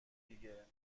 دیگه